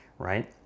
right